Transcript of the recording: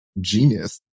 genius